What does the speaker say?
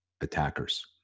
attackers